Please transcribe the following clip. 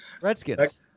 Redskins